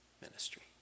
ministry